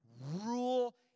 Rule